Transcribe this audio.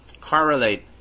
correlate